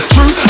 True